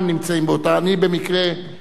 אני במקרה ראיתי את המפה,